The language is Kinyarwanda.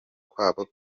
kwabo